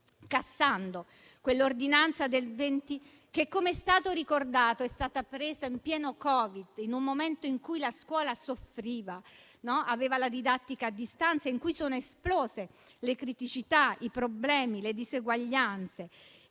cassando quell'ordinanza del 2020 che - come è stato ricordato - è stata emanata in pieno Covid, in un momento in cui la scuola soffriva, in cui aveva la didattica a distanza e in cui sono esplose le criticità, i problemi e le diseguaglianze.